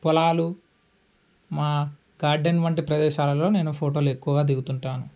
పొలాలు మా గార్డెన్ వంటి ప్రదేశాలలో నేను ఫోటోలు ఎక్కువగా దిగుతుంటాను